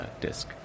disk